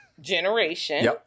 generation